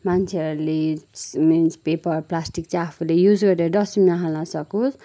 मान्छेहरूले means paper plastic चाहिँ आफूले युज गरेर डस्टबिनमा हाल्न सकोस्